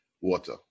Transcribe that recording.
water